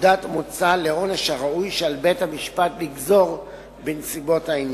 נקודת מוצא לעונש הראוי שעל בית-המשפט לגזור בנסיבות העניין.